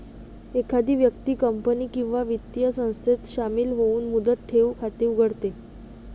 एखादी व्यक्ती कंपनी किंवा वित्तीय संस्थेत शामिल होऊन मुदत ठेव खाते उघडते